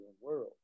world